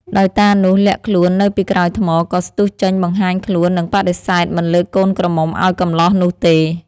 ដោយតានោះលាក់ខ្លួននៅពីក្រោយថ្ម ក៏ស្ទុះចេញបង្ហាញខ្លួននិងបដិសេធមិនលើកកូនក្រមុំឱ្យកម្លោះនោះទេ។